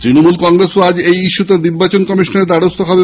তৃণমূল কংগ্রেস আজ এই ইস্যুতে নির্বাচন কমিশনের দ্বারস্হ হবে